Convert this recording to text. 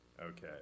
Okay